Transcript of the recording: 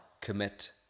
commit